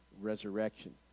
resurrection